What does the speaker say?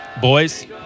Boys